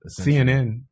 CNN